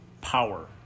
power